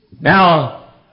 Now